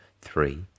three